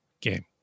game